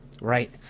Right